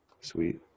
Sweet